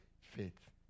Faith